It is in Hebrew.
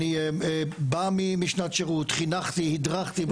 אני בא משנת שירות, חינכתי, הדרכתי בצבא בחיים.